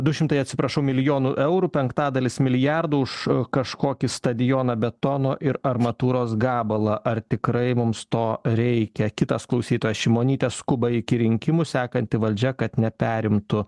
du šimtai atsiprašau milijonų eurų penktadalis milijardų už kažkokį stadioną betono ir armatūros gabalą ar tikrai mums to reikia kitas klausytojas šimonytė skuba iki rinkimų sekanti valdžia kad neperimtų